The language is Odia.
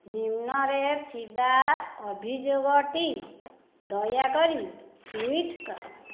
ନିମ୍ନରେ ଥିବା ଅଭିଯୋଗଟି ଦୟାକରି ଟୁଇଟ୍ କର